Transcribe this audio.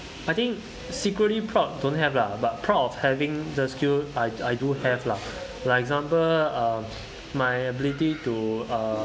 I think secretly proud don't have lah but proud of having the skill I I do have lah like example uh my ability to uh